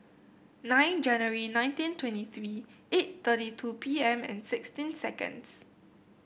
nine January nineteen twenty three eight thirty two P M and sixteen seconds